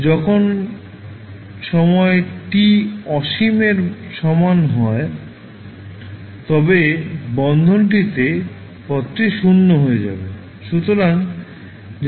যখন সময় t অসীমের সমান হয় তবে বন্ধনীতে পদটি 0 হয়ে যাবে সুতরাং